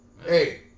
hey